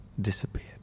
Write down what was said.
disappeared